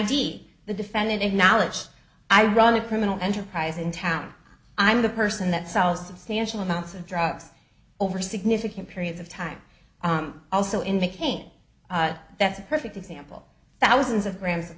be the defendant acknowledged i run a criminal enterprise in town i'm the person that sells substantial amounts of drugs over significant periods of time also indicating that's a perfect example thousands of grams of